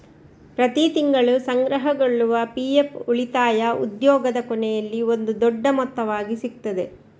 ಪ್ರತಿ ತಿಂಗಳು ಸಂಗ್ರಹಗೊಳ್ಳುವ ಪಿ.ಎಫ್ ಉಳಿತಾಯ ಉದ್ಯೋಗದ ಕೊನೆಯಲ್ಲಿ ಒಂದು ದೊಡ್ಡ ಮೊತ್ತವಾಗಿ ಸಿಗ್ತದೆ